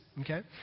Okay